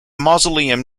mausoleum